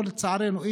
או לצערנו,